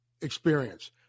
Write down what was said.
experience